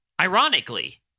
Ironically